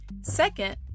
Second